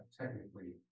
technically